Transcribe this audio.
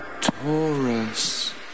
Taurus